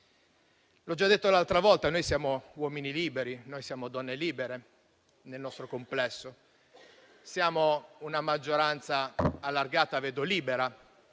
L'ho già detto precedentemente: noi siamo uomini liberi, noi siamo donne libere nel nostro complesso. Siamo una maggioranza allargata e libera